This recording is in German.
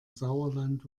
sauerland